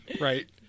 right